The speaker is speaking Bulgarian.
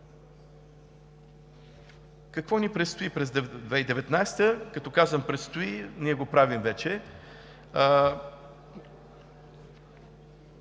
Какво ни предстои през 2019 г.? Като казвам предстои, ние го правим вече.